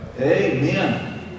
Amen